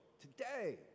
today